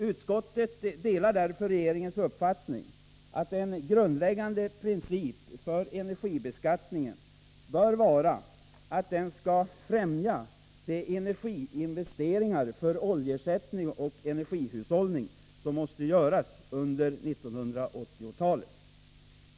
Utskottet delar därför regeringens uppfattning att en grundläggande princip för energibeskattningen bör vara att den skall främja de energiinvesteringar för oljeersättning och energihushållning som måste göras under 1980-talet.